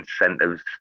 incentives